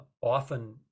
often